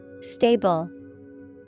Stable